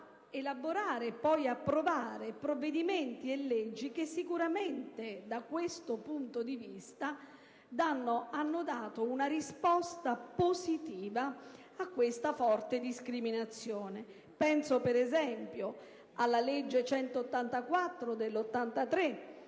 elaborare, e poi ad approvare, provvedimenti e leggi che sicuramente, da questo punto di vista, hanno dato una risposta positiva a questa forte discriminazione. Penso ad esempio alla legge n. 184 del 1983